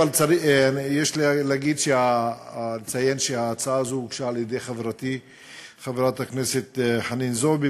אבל יש לציין שההצעה הזו הוגשה על-ידי חברתי חברת הכנסת חנין זועבי,